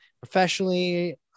professionally